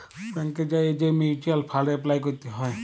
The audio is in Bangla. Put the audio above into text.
ব্যাংকে যাঁয়ে যে মিউচ্যুয়াল ফাল্ড এপলাই ক্যরতে হ্যয়